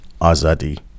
Azadi